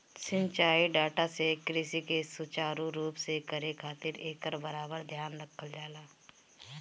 सिंचाई डाटा से कृषि के सुचारू रूप से करे खातिर एकर बराबर ध्यान रखल जाला